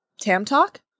Tam-talk